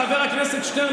חבר הכנסת שטרן,